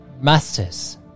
Masters